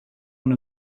one